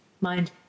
mind